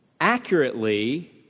accurately